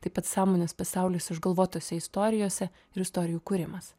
taip pat sąmonės pasaulis išgalvotose istorijose ir istorijų kūrimas